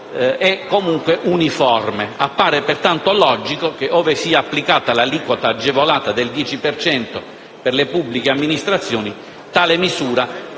e comunque uniforme. Appare pertanto logico che, ove sia applicata l'aliquota agevolata del 10 per cento per le pubbliche amministrazioni, tale misura